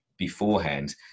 beforehand